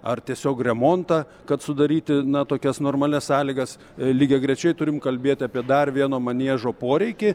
ar tiesiog remontą kad sudaryti na tokias normalias sąlygas lygiagrečiai turim kalbėti apie dar vieno maniežo poreikį